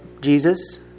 Jesus